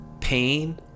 pain